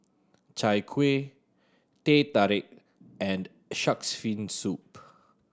Chai Kuih Teh Tarik and Shark's Fin Soup